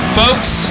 folks